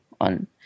on